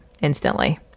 instantly